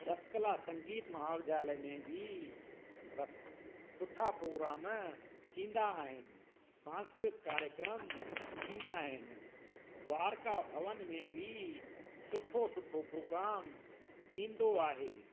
तक्षशिला संगीत महाविध्यालय में बि रस सुठा प्रोग्राम थींदा आहिनि सांस्कृतिक कार्यक्रम थींदा आहिनि द्वारका भवन में बि सुठो सुठो प्रोग्राम थींदो आहे